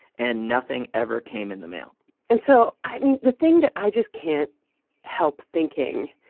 and nothing ever came in the mail and so i mean, the thing that i just can't help thinking